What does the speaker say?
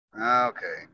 Okay